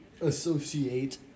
Associate